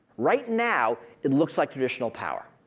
right now, it looks like traditional power.